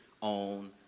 on